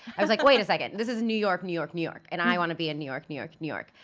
i was like, wait a second, this is new york, new york, new york and i want to be in new york, new york, new york.